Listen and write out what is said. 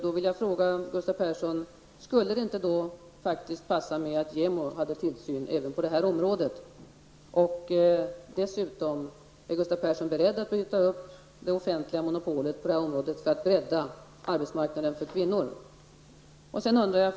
Då vill jag fråga Gustav Persson: Skulle det inte passa med att JämO hade tillsynen även på det här området? Är Gustav Persson beredd att bryta upp det offentliga monopolet på det här området för att bredda arbetsmarknaden för kvinnor?